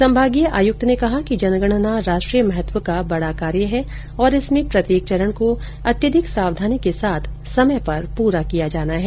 संमागीय आयुक्त ने कहा कि जनगणना राष्ट्रीय महत्व का एक बड़ा कार्य है और इसमें प्रत्येक चरण को अत्यधिक सावधानी के साथ समय पर पुरा किया जाना है